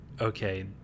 okay